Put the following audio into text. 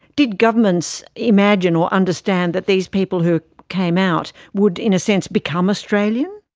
did governments imagine or understand that these people who came out would in a sense become australian?